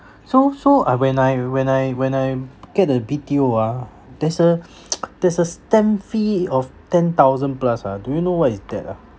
so so uh when I when I when I get the B_T_O ah there's a there's a stamp fee of ten thousand plus ah do you know what is that ah